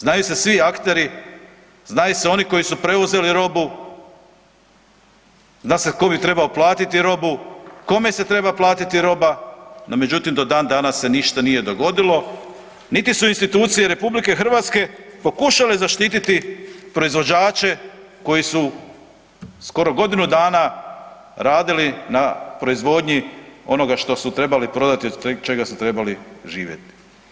Znaju se svi akteri, znaju se oni koji su preuzeli robu, zna se tko bi trebao platiti robu, kome se treba platiti roba, no međutim do dan danas se ništa nije dogodilo niti su institucije RH pokušale zaštititi proizvođače koji su skoro godinu dana radili na proizvodniji onoga što su trebali prodati od čega su trebali živjeti.